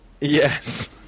Yes